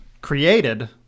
created